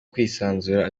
kwisanzura